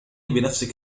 بنفسك